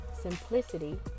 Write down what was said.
simplicity